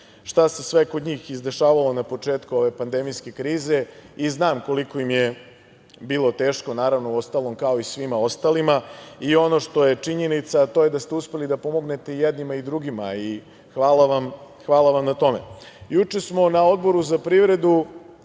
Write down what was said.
šta se sve kod njih izdešavalo na početku ove pandemijske krize, i znam koliko im je bilo teško, naravno, uostalom kao i svima ostalima. Ono što je činjenica, to je da ste uspeli da pomognete i jednima i drugima, i hvala vam na tome. Juče smo na Odboru za privredu